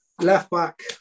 Left-back